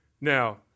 Now